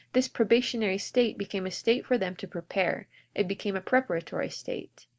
this probationary state became a state for them to prepare it became a preparatory state.